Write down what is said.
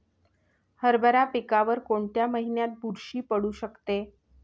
हरभरा पिकावर कोणत्या महिन्यात बुरशी पडू शकते?